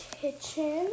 kitchen